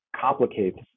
complicates